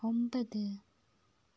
ഒൻപത്